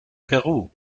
peru